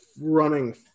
running